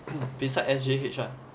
beside S_G_H ah